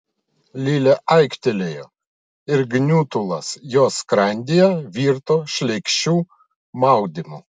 lilė aiktelėjo ir gniutulas jos skrandyje virto šleikščiu maudimu